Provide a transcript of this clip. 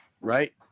Right